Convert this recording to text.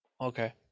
Okay